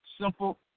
simple